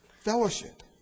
Fellowship